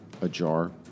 ajar